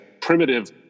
primitive